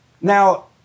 Now